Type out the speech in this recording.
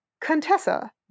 contessa